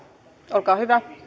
olkaa hyvä